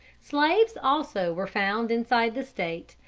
slaves also were found inside the state,